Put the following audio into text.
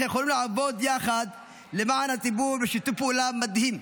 יכולים לעבוד יחד למען הציבור בשיתוף פעולה מדהים: